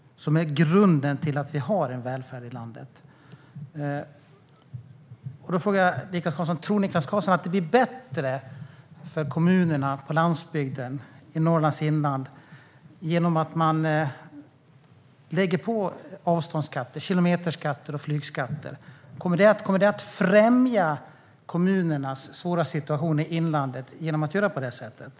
Det är grunden till att vi har en välfärd i landet. Tror Niklas Karlsson att det blir bättre för kommunerna på landsbygden och i Norrlands inland om man inför avståndsskatter, kilometerskatt och flygskatt? Kommer det att främja kommunernas situation i inlandet att göra på det sättet?